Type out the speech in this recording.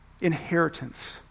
inheritance